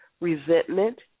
resentment